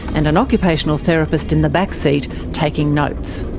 and an occupational therapist in the back seat, taking notes.